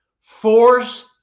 force